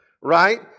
right